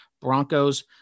Broncos